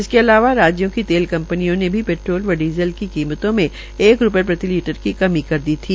इसके अलावा राज्यों की तेल कंपनियों ने भी पेट्रोल व डीज़ल की कीमतों मे एक रूपये प्रतिलीटर की कमी कर दी थी